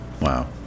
Wow